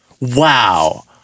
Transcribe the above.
wow